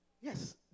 Yes